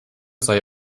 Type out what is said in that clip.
sei